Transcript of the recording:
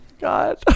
God